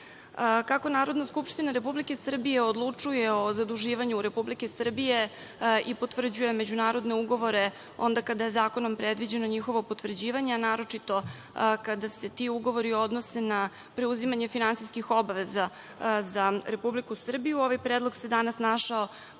Narodna skupština Republike Srbije odlučuje o zaduživanju Republike Srbije i potvrđuje međunarodne ugovore, onda kada je zakonom predviđeno njihovo potvrđivanje, a naročito kada se ti ugovori odnose na preuzimanje finansijskih obaveza za Republiku Srbiju, ovaj predlog se danas našao